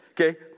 Okay